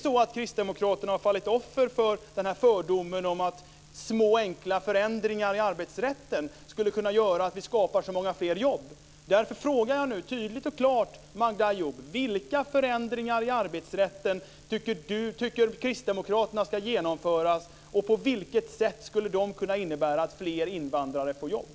Har kristdemokraterna fallit offer för fördomen att små enkla förändringar i arbetsrätten skulle göra att vi skapar så många fler jobb? Därför frågar jag tydligt och klart Magda Ayoub: Vilka förändringar i arbetsrätten tycker kristdemokraterna ska genomföras, och på vilket sätt kan de innebära att fler invandrare får jobb?